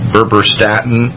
Berberstatin